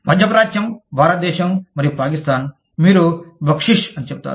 మధ్యప్రాచ్యం భారతదేశం మరియు పాకిస్తాన్ మీరు బక్షీష్ అని చెబుతారు